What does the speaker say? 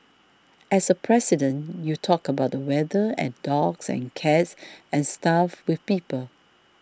as a President you talk about the weather and dogs and cats and stuff with people